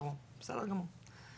בסדר גמור.